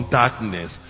darkness